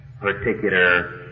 particular